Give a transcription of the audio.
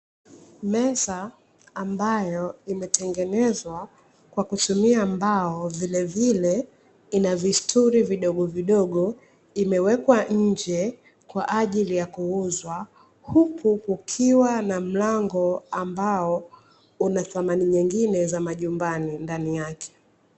Meza mbayo imetengenezwa kwa kutumia mbao, vilevile inavistuli vidogovodogo imewekwa nje kwa ajili ya kuuzwa, huku kukiwa kukiwa na mlango ambalo unathamani nyingine za majumbani ndani yake.